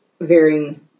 varying